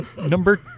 Number